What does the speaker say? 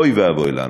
אוי ואבוי לנו.